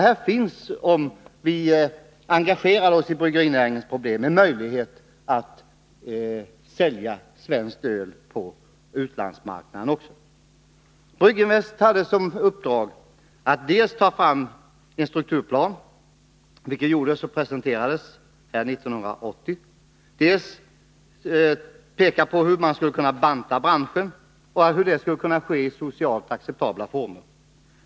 Det finns — om vi engagerade oss i bryggerinäringens problem, skulle vi kunna konstatera det — en möjlighet att sälja svenskt öl också på utlandsmarknaden. Brygginvest hade i uppdrag att dels ta fram en strukturplan — det gjorde man, och en sådan plan presenterades 1980 —, dels peka på hur branschen skulle kunna bantas, i socialt acceptabla former.